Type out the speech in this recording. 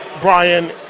Brian